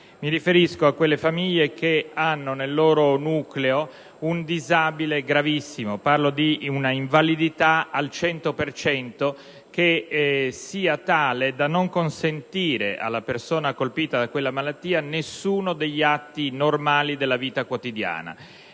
Mi riferisco a quei nuclei familiari che hanno nel loro interno un disabile gravissimo: parlo di un'invalidità al cento per cento, che sia tale da non consentire alla persona colpita dalla malattia nessuno degli atti normali della vita quotidiana.